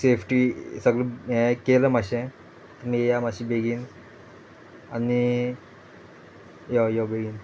safety सगळे हें केलें मातशें आनी येया मातशें बेगीन आनी यो यो बेगीन